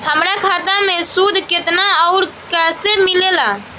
हमार खाता मे सूद केतना आउर कैसे मिलेला?